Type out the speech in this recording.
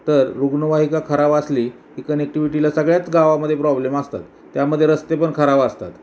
तर रुग्णवाहिका खराब असली की कनेक्टिव्हिटीला सगळ्याच गावामध्ये प्रॉब्लेम असतात त्यामध्ये रस्ते पण खराब असतात